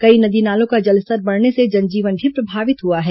कई नदी नालों का जलस्तर बढ़ने से जनजीवन भी प्रभावित हुआ है